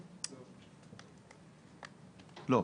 לא.